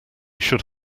should